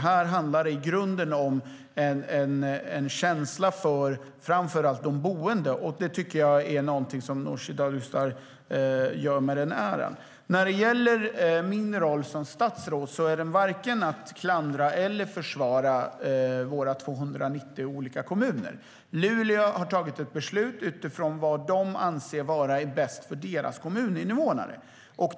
Här handlar det i grunden om en känsla för framför allt de boende. Detta tycker jag är någonting som Nooshi Dadgostar gör med den äran. Min roll som statsråd är varken att klandra eller att försvara våra 290 kommuner. Luleå har tagit ett beslut utifrån vad man anser är bäst för sina kommuninvånare.